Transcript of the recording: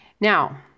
now